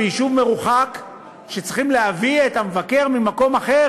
ביישוב מרוחק שצריכים להביא את המבקר ממקום אחר,